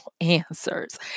answers